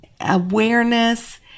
awareness